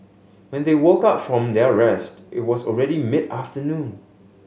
when they woke up from their rest it was already mid afternoon